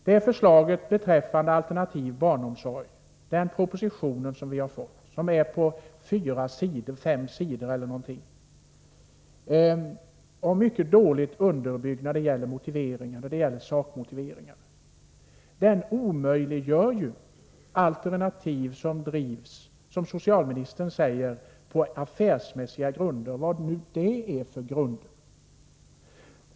Den proposition beträffande alternativ barnomsorg som vi har fått och som är på fyra fem sidor och dessutom mycket dåligt underbyggd då det gäller sakmotiven omöjliggör ju alternativ som drivs, som socialministern sade, på affärsmässiga grunder — vad det nu är för grunder.